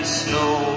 snow